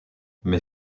mais